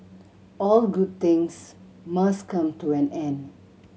all good things must come to an end